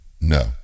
No